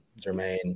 Jermaine